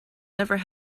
never